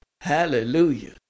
Hallelujah